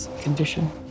Condition